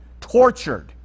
tortured